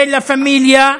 לה פמיליה,